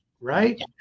right